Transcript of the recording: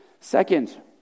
Second